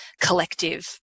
collective